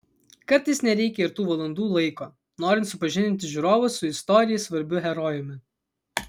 kartais nereikia ir tų valandų laiko norint supažindinti žiūrovus su istorijai svarbiu herojumi